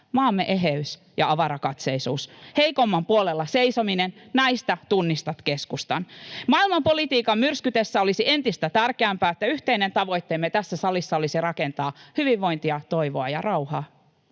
maamme eheys ja avarakatseisuus, heikomman puolella seisominen — näistä tunnistat keskustan. Maailmanpolitiikan myrskytessä olisi entistä tärkeämpää, että yhteinen tavoitteemme tässä salissa olisi rakentaa hyvinvointia, toivoa ja rauhaa.